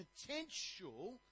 potential